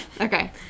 okay